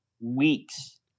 weeks